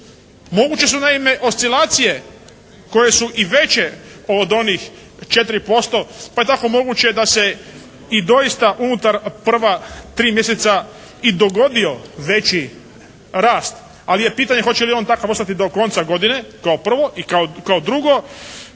Moguće su naime oscilacije koje su i veće od onih 4% pa je tako moguće da se i doista unutar prva tri mjeseca i dogodio veći rast, ali je pitanje hoće li on takav ostati do konca godine, kao prvo. I kao drugo,